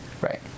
Right